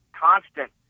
constant